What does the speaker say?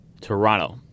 Toronto